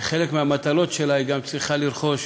כחלק מהמטלות שלה היא גם צריכה לרכוש